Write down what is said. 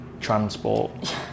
transport